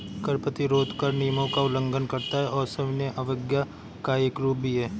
कर प्रतिरोध कर नियमों का उल्लंघन करता है और सविनय अवज्ञा का एक रूप भी है